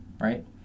right